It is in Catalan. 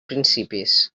principis